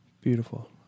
Beautiful